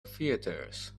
theatres